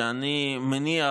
שאני מניח